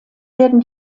werden